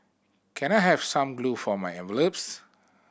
can I have some glue for my envelopes